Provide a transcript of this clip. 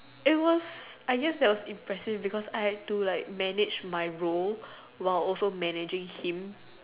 it was I guess there was impressions because I had to like manage my role while also managing him